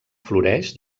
floreix